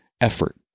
effort